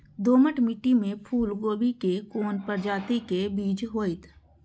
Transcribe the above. दोमट मिट्टी में फूल गोभी के कोन प्रजाति के बीज होयत?